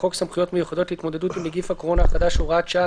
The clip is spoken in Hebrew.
לחוק סמכויות מיוחדות להתמודדות עם נגיף הקורונה החדש (הוראת שעה),